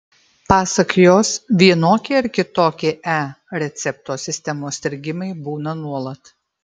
pasak jos vienokie ar kitokie e recepto sistemos strigimai būna nuolat